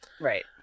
Right